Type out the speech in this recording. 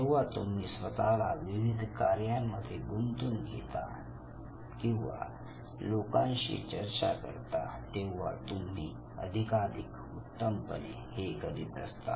जेव्हा तुम्ही स्वतःला विविध कार्यांमध्ये गुंतून घेता किंवा लोकांशी चर्चा करता तेव्हा तुम्ही अधिकाधिक उत्तम पणे हे करत असता